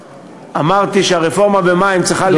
אמרתי שהרפורמה במים צריכה להיות,